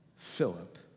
Philip